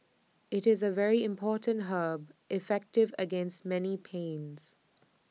IT is A very important herb effective against many pains